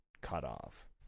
cutoff